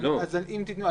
אם תיתנו,